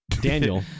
daniel